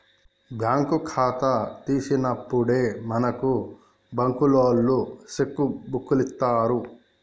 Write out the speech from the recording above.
bank ఖాతా తీసినప్పుడే మనకు బంకులోల్లు సెక్కు బుక్కులిత్తరు